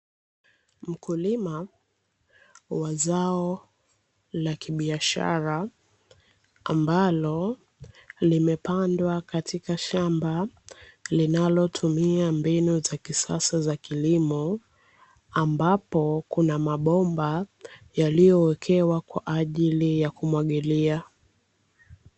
Mkulima wa zao la kibiashara ambalo limepandwa katika shamba linalotumia mbinu za kisasa za kilimo, ambapo kuna mabomba yaliyowekewa kwa ajili ya kumwagilia.